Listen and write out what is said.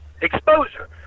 Exposure